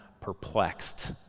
perplexed